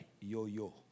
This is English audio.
yo-yo